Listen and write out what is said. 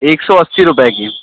एक सौ अस्सी रुपये की